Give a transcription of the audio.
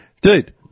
Dude